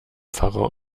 pfarrer